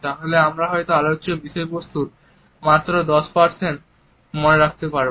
তাহলে আমরা হয়তো আলোচ্য বিষয়বস্তুর মাত্র 10 মনে রাখতে পারব